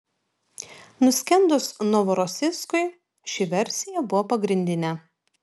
nuskendus novorosijskui ši versija buvo pagrindinė